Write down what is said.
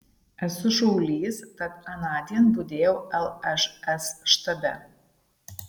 esu šaulys tad anądien budėjau lšs štabe